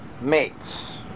mates